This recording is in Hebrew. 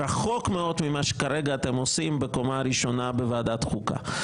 רחוק מאוד ממה שכרגע אתם עושים בקומה הראשונה בוועדת חוקה.